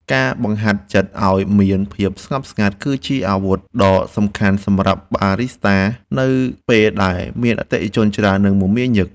ការបង្ហាត់ចិត្តឱ្យមានភាពស្ងប់ស្ងាត់ គឺជាអាវុធដ៏សំខាន់សម្រាប់បារីស្តានៅពេលដែលមានអតិថិជនច្រើន និងមមាញឹក។